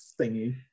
thingy